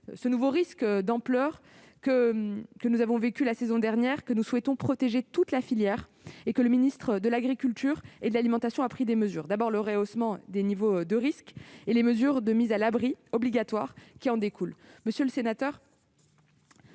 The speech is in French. une nouvelle crise de l'ampleur de celle que nous avons vécue la saison dernière, et de protéger toutes nos filières, que le ministère de l'agriculture et de l'alimentation a pris des mesures : le rehaussement des niveaux de risque et les mesures de mises à l'abri obligatoires qui en découlent. Monsieur le sénateur,